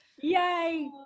Yay